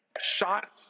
shot